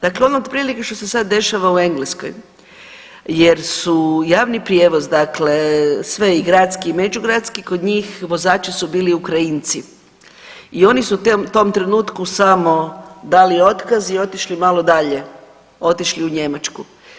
Dakle ono otprilike što se sad dešava u Engleskoj jer su javni prijevoz, dakle sve, i gradski i međugradski kod njih vozači su bili Ukrajinci i oni su te, u tom trenutku samo dali otkaz i otišli malo dalje, otišli u Njemačku.